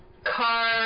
Car